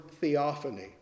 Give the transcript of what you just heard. theophany